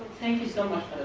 thank you so much.